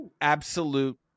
Absolute